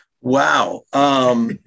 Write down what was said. Wow